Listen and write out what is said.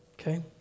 okay